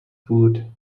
food